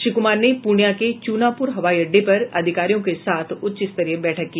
श्री कुमार ने पूर्णियां के चूनापुर हवाई अड्डे पर अधिकारियों के साथ उच्च स्तरीय बैठक की